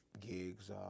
gigs